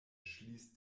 schließt